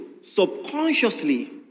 subconsciously